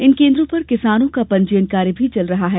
इन केन्द्रों पर किसानों का पंजीयन कार्य भी चल रहा है